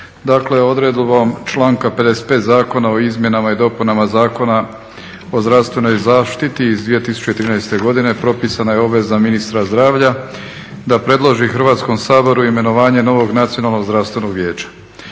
Dakle odredbom članka 55. Zakona o izmjenama i dopunama Zakona o zdravstvenoj zaštiti iz 2013.godine propisana je obveza ministra zdravlja da predloži Hrvatskom saboru imenovanje novog Nacionalnog zdravstvenog vijeća.